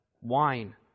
wine